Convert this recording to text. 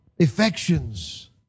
affections